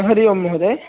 हरिः ओं महोदय